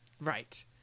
Right